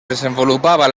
desenvolupava